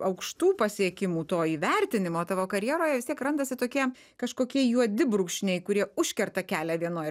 aukštų pasiekimų to įvertinimo tavo karjeroje vis tiek randasi tokie kažkokie juodi brūkšniai kurie užkerta kelią vienoj